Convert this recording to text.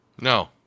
No